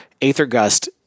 Aethergust